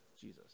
Jesus